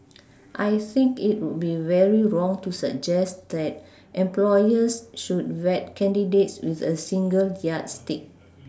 I think it would be very wrong to suggest that employers should vet candidates with a single yardstick